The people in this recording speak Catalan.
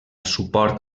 suport